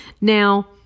Now